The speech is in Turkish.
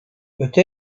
öte